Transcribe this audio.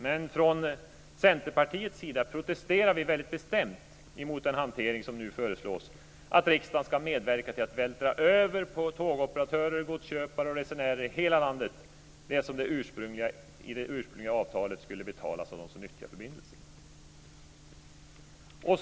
Men från Centerpartiets sida protesterar vi väldigt bestämt mot den hantering som nu föreslås, att riksdagen ska medverka till att på tågoperatörer, godsköpare och resenärer i hela landet vältra över det som i det ursprungliga avtalet skulle betalas av dem som nyttjar förbindelsen.